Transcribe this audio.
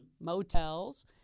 motels